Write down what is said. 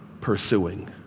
pursuing